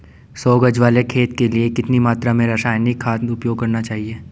सौ गज वाले खेत के लिए कितनी मात्रा में रासायनिक खाद उपयोग करना चाहिए?